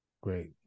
Great